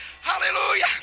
hallelujah